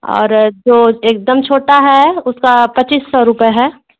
और जो एकदम छोटा है उसका पच्चीस सौ रुपए है